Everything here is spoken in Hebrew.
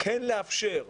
כן לאפשר,